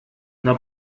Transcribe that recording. the